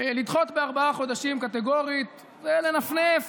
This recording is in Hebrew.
לדחות בארבעה חודשים קטגורית זה לנפנף